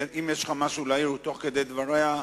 ואם יש לך מה להעיר תוך כדי דבריה,